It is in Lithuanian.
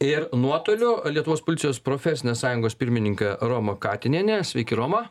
ir nuotoliu lietuvos policijos profesinės sąjungos pirmininkė roma katinienė sveiki roma